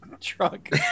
truck